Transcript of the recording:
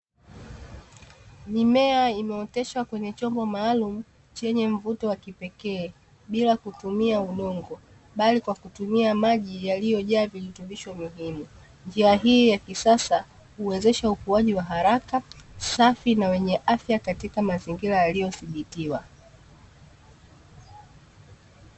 Mimea imeoteshwa kwenye chombo maalumu chenye mvuto wa kipekee bila kutumia udongo, bali kwa kutumia maji yaliyojaa virutubisho muhimu. Njia hii ya kisasa huwezesha ukuaji wa haraka, safi na wenye afya katika mazingira yaliyothibitiwa.